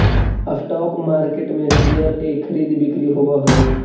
stock market में share के खरीद बिक्री होवऽ हइ